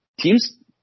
teams